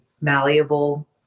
malleable